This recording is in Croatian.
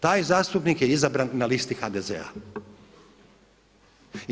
Taj zastupnik je izabran na listi HDZ-a.